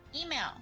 Email